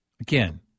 again